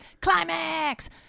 climax